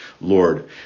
Lord